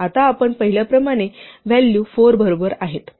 आता आपण पाहिल्याप्रमाणे व्हॅल्यू 4 बरोबर आहेत